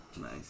Nice